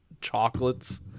chocolates